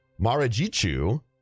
Marajichu